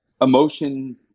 Emotion